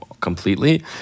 completely